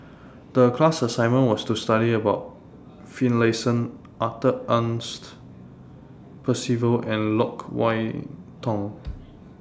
The class assignment was to study about Finlayson Arthur Ernest Percival and Loke Wan Tho